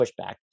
pushback